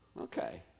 okay